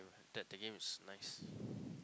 that that game is nice